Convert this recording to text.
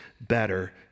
better